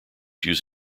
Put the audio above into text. use